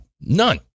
None